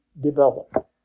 develop